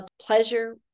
pleasure